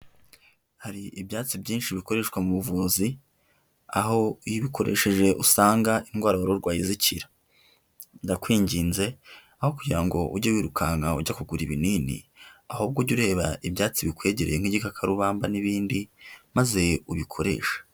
Hari ibyatsi byinshi bikoreshwa mu buvuzi, aho iyo ubikoresheje usanga indwara wari urwaye zikira, ndakwinginze aho kugira ngo ujye wirukanka ujya kugura ibinini, ahubwo ujye ureba ibyatsi bikwegereye nk'igikakarubamba n'ibindi maze ubikoreshe.